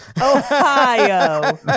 ohio